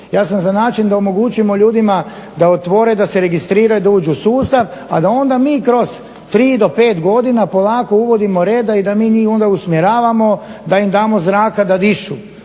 ja sam za način da omogućimo ljudima da otvore da se registriraju i da uđu u sustav a da onda mi kroz 3 do 5 godina polako uvodimo reda i da mi njih onda usmjeravamo da im damo zraka da dišu.